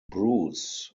bruce